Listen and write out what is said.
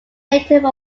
native